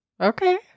Okay